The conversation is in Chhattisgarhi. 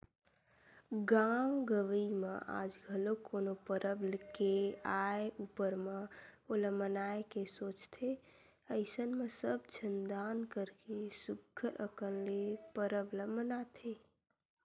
गाँव गंवई म आज घलो कोनो परब के आय ऊपर म ओला मनाए के सोचथे अइसन म सब झन दान करके सुग्घर अंकन ले परब ल मनाथे